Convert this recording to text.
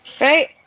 Right